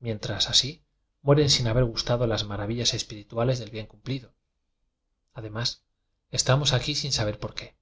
mientras así mueren sin haber gustado las maravillas espiritua les del bien cumplido además estamos aquí sin saber por qué